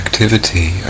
Activity